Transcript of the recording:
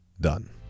Done